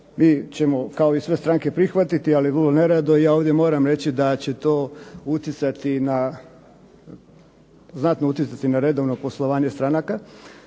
Mi ćemo kao i sve stranke prihvatiti, ali vrlo nerado, i ja ovdje moram reći da će to utjecati na, znatno utjecati na redovno poslovanje stranaka,